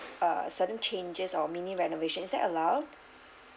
uh certain changes or mini renovation is that allowed